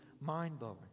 mind-blowing